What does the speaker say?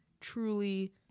Truly